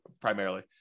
primarily